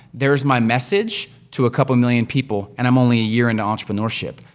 there's my message to a couple million people, and i'm only a year into entrepreneurship.